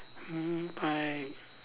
mm I